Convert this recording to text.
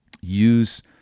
use